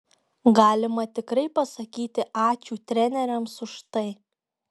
galima tikrai pasakyti ačiū treneriams už tai